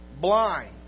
blind